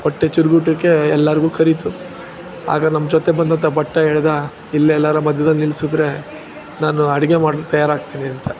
ಹೊಟ್ಟೆ ಚುರ್ಗುಟ್ಟೋಕ್ಕೆ ಎಲ್ಲರಿಗೂ ಕರೀತು ಆಗ ನಮ್ಮ ಜೊತೆ ಬಂದಂಥ ಭಟ್ಟ ಹೇಳ್ದ ಇಲ್ಲೇ ಎಲ್ಲಾದ್ರು ಮಧ್ಯದಲ್ ನಿಲ್ಸಿದ್ರೆ ನಾನು ಅಡಿಗೆ ಮಾಡ್ಲಿಕ್ಕೆ ತಯಾರಾಗ್ತೀನಿ ಅಂತ